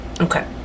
okay